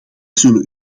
zullen